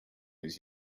was